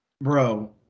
Bro